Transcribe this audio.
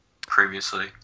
previously